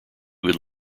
would